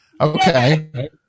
Okay